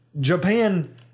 Japan